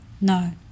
No